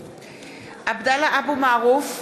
(קוראת בשמות חברי הכנסת) עבדאללה אבו מערוף,